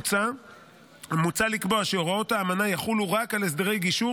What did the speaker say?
מוצע לקבוע שהוראות האמנה יחולו רק על הסדרי גישור